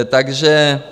Takže...